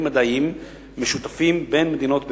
מדעיים משותפים של מדינות באירופה,